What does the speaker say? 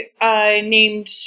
named